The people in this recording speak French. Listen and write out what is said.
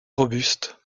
robuste